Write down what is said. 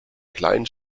kleinen